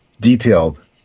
detailed